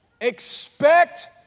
expect